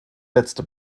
letzte